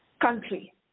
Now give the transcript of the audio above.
Country